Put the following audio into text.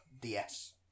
DS